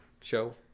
show